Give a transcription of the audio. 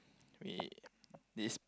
me this